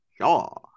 Sure